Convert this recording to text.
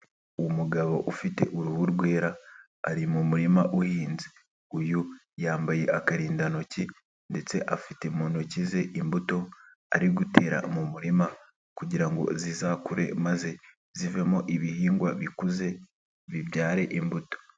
Umugabo ufite uruhu rwera ari mu murima uhinze, uyu yambaye akarindantoki ndetse afite mu ntoki ze imbuto ari gutera mu murima kugira ngo zizakure maze zivemo ibihingwa bikuze bibyare imbuto.